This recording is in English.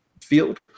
field